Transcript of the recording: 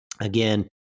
Again